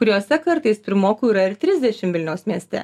kuriose kartais pirmokų yra ir trisdešim vilniaus mieste